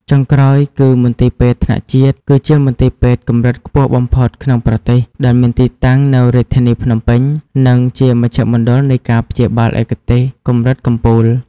ចុងក្រោយគឺ មន្ទីរពេទ្យថ្នាក់ជាតិ គឺជាមន្ទីរពេទ្យកម្រិតខ្ពស់បំផុតក្នុងប្រទេស ដែលមានទីតាំងនៅរាជធានីភ្នំពេញ និងជាមជ្ឈមណ្ឌលនៃការព្យាបាលឯកទេសកម្រិតកំពូល។